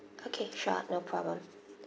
okay sure no problem